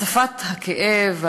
הצפת הכאב,